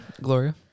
gloria